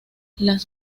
las